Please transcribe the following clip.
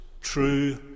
true